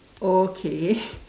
okay